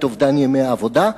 את אובדן ימי העבודה,